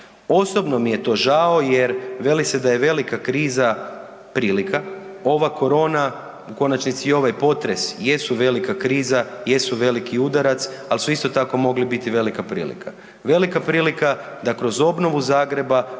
Osobno mi je to žao jer veli se da je velika kriza prilika. Ova korona, u konačnici i ovaj potres jesu velika kriza, jesu veliki udarac, ali su isto tako mogli biti velika prilika. Velika prilika da kroz obnovu Zagreba